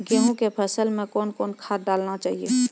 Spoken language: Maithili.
गेहूँ के फसल मे कौन कौन खाद डालने चाहिए?